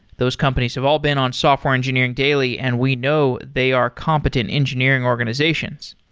those companies have all been on software engineering daily and we know they are competent engineering organizations.